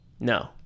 No